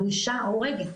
הבושה הורגת.